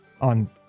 on